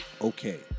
Okay